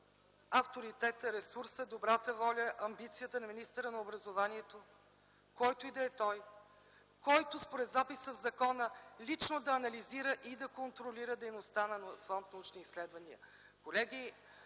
авторитетът, ресурсът, добрата воля, амбицията на министъра на образованието, който и да е той, който според записа в закона трябва лично да анализира и контролира дейността на Фонд „Научни изследвания”.